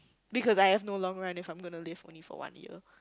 because I have no long run if I'm gonna to live only for one year